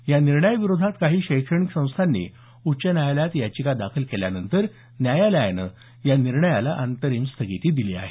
या निर्णयाविरोधात काही शैक्षणिक संस्थांनी उच्च न्यायालयात याचिका दाखल केल्यानंतर न्यायालयानं या निर्णयाला अंतरिम स्थगिती दिली आहे